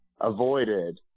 avoided